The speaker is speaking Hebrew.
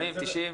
60%, 80%, 90%?